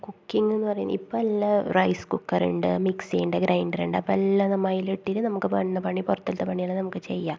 കുക്കിങ്ന്ന് പറയുന്നത് ഇപ്പം എല്ലാ റൈസ് കുക്കറ്ണ്ട് മിക്സിയ്ണ്ട് ഗ്രൈൻഡറ്ണ്ട് അപ്പം എല്ലാം നമ്മൾ അതിലിട്ടിന് നമുക്ക് വേണ്ട്ന്ന പണി പുറത്തിലത്ത പണിയെല്ലാം നമുക്ക് ചെയ്യാം